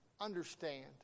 Understand